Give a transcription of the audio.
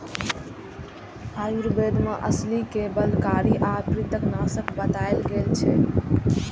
आयुर्वेद मे अलसी कें बलकारी आ पित्तनाशक बताएल गेल छै